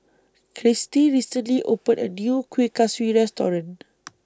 Kristy recently opened A New Kuih Kaswi Restaurant